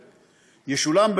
ישולם,